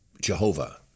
Jehovah